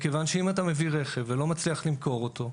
מכיוון שאם אתה מביא רכב ולא מצליח למכור אותו,